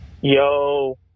Yo